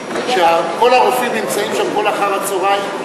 זה שכל הרופאים נמצאים שם כל אחר-הצהריים,